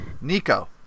Nico